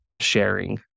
sharing